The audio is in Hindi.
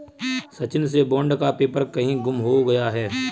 सचिन से बॉन्ड का पेपर कहीं गुम हो गया है